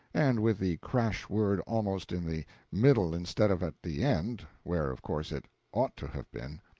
and with the crash-word almost in the middle instead of at the end, where, of course, it ought to have been.